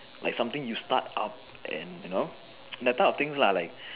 like something you start up and you know that type of things lah like